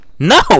no